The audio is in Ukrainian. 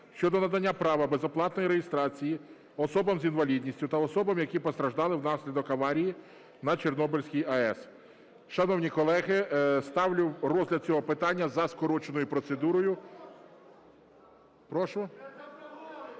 (щодо надання права безоплатної реєстрації особам з інвалідністю та особам, які постраждали внаслідок аварії на Чорнобильській АЕС). Шановні колеги, ставлю розгляд цього питання за скороченою процедурою. Прошу?